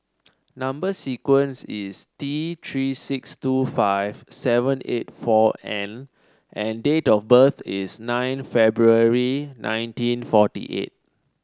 number sequence is T Three six two five seven eight four N and date of birth is nine February nineteen forty eight